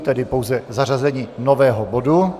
Tedy pouze zařazení nového bodu.